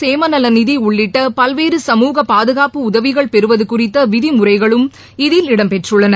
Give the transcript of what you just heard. சேம நல நிதி உள்ளிட்ட பல்வேறு சமூக பாதுகாப்பு உதவிகள் பெறுவது குறித்த விதிமுறைகளும் இதில் இடம் பெற்றுள்ளன